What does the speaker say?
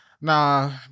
nah